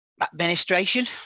Administration